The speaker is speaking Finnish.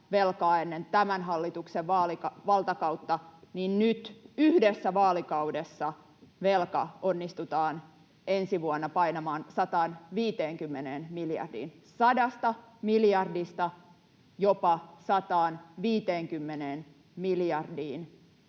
velkaa ennen tämän hallituksen valtakautta, niin nyt yhdessä vaalikaudessa velka onnistutaan ensi vuonna painamaan 150 miljardiin — 100 miljardista jopa 150 miljardiin